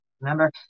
Remember